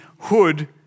hood